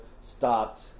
stopped